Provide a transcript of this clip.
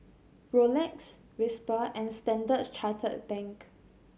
Rolex Whisper and Standard Chartered Bank